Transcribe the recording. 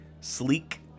sleek